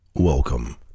Welcome